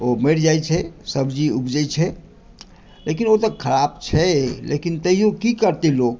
ओ मरि जाइत छै सब्जी उपजै छै लेकिन ओ तऽ खराब छै लेकिन तैयो की करतै लोक